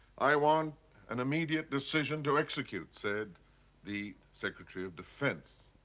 i want an immediate decision to execute, said the secretary of defense.